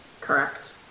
Correct